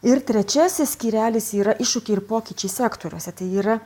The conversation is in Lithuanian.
ir trečiasis skyrelis yra iššūkiai ir pokyčiai sektoriuose tai yra